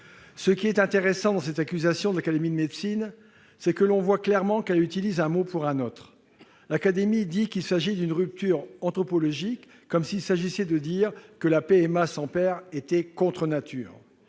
Ce qui est intéressant dans cette accusation de l'Académie nationale de médecine, c'est que l'on voit clairement qu'elle utilise un mot pour un autre. « L'Académie dit qu'il s'agit d'une rupture anthropologique comme s'il s'agissait de dire que la PMA sans père était contre nature